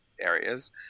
areas